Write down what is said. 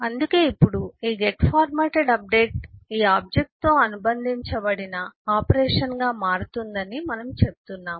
అందుకే ఇప్పుడు ఈ గెట్ ఫార్మాటెడ్ అప్డేట్ ఈ ఆబ్జెక్ట్ తో అనుబంధించబడిన ఆపరేషన్గా మారుతుందని మనము చెబుతున్నాము